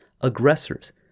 aggressors